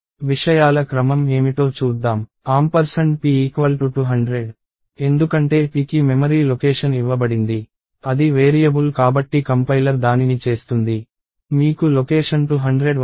విషయాల క్రమం ఏమిటో చూద్దాం ఆంపర్సండ్ p 200 ఎందుకంటే pకి మెమరీ లొకేషన్ ఇవ్వబడింది అది వేరియబుల్ కాబట్టి కంపైలర్ దానిని చేస్తుంది మీకు లొకేషన్ 200 వస్తుంది